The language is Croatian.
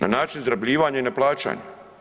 Na način izrabljivanja i neplaćanja.